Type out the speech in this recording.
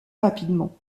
rapidement